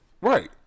right